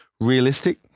realistic